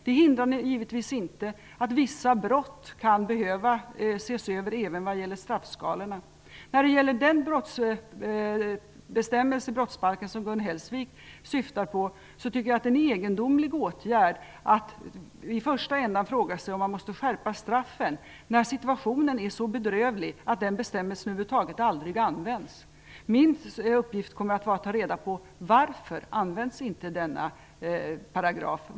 Det hindrar givetvis inte att straffskalorna för vissa brott kan behöva ses över. När det gäller den bestämmelse i brottsbalken som Gun Hellsvik syftade på tycker jag att det är en egendomlig åtgärd att i första ändan fråga sig om man måste skärpa straffen, när situationen är så bedrövlig att den bestämmelsen över huvud taget aldrig används. Min uppgift är att ta reda på varför denna paragraf inte används.